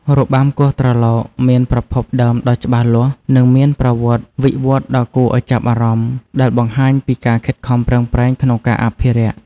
របាំគោះត្រឡោក មានប្រភពដើមដ៏ច្បាស់លាស់ និងមានប្រវត្តិវិវត្តន៍ដ៏គួរឱ្យចាប់អារម្មណ៍ ដែលបង្ហាញពីការខិតខំប្រឹងប្រែងក្នុងការអភិរក្ស។